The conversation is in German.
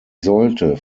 sollte